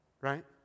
Right